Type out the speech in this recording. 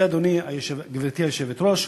זה, גברתי היושבת-ראש,